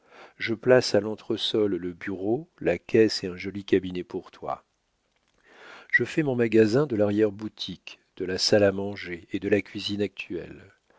je place à l'entresol le bureau la caisse et un joli cabinet pour toi je fais mon magasin de l'arrière-boutique de la salle à manger et de la cuisine actuelles